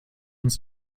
ins